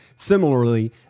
Similarly